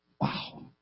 Wow